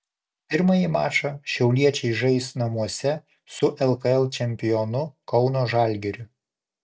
pirmąjį mačą šiauliečiai žais namuose su lkl čempionu kauno žalgiriu